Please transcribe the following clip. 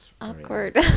awkward